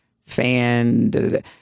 fan